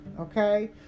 Okay